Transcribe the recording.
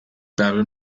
bärbel